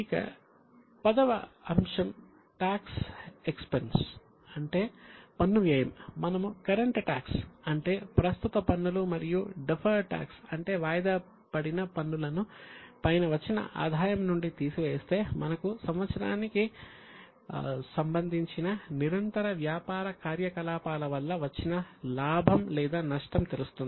ఇక X వ అంశం టాక్స్ ఎక్స్పెన్స్ అంటే వాయిదాపడిన పన్నులను పైన వచ్చిన ఆదాయం నుండి తీసివేస్తే మనకు సంవత్సరానికి సంబంధించిన నిరంతర వ్యాపార కార్యకలాపాల వల్ల వచ్చిన లాభం లేదా నష్టం తెలుస్తుంది